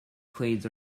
clades